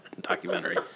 documentary